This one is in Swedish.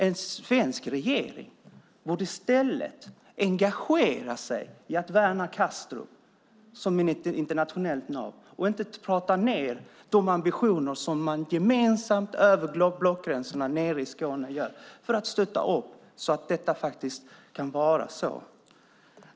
En svensk regering borde i stället engagera sig i att värna Kastrup som ett internationellt nav, och inte ta ned de ambitioner som man har gemensamt över blockgränsen i Skåne, för att stötta detta.